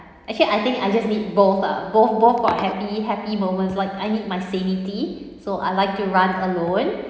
actually I think I just need both ah both both are happy happy moments like I need my sanity so I like to run alone